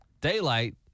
daylight